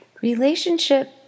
Relationship